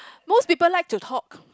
most people like to talk